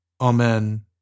Amen